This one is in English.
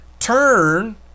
turn